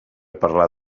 parlar